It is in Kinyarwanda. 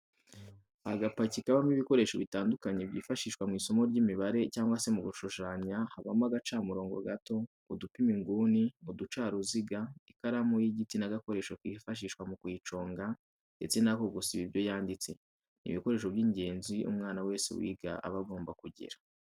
Agapaki kabamo ibikoresho bitandukanye byifashishwa mu isomo ry'imibare cyangwa se mu gushushanya habamo agacamurongo gato, udupima inguni, uducaruziga, ikaramu y'igiti n'agakoresho kifashishwa mu kuyiconga ndetse n'ako gusiba ibyo yanditse, ni ibikoresho by'ingenzi umwana wese wiga aba agomba kugira.